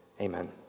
Amen